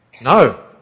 No